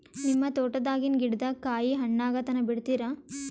ನಿಮ್ಮ ತೋಟದಾಗಿನ್ ಗಿಡದಾಗ ಕಾಯಿ ಹಣ್ಣಾಗ ತನಾ ಬಿಡತೀರ?